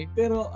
pero